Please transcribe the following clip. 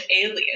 alien